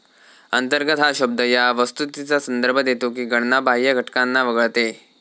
अंतर्गत हा शब्द या वस्तुस्थितीचा संदर्भ देतो की गणना बाह्य घटकांना वगळते